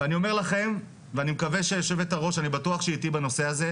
ואני אומר לכם ואני מקווה שיו"ר אני בטוח שהיא איתי בנושא הזה,